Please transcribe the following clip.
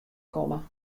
komme